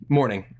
Morning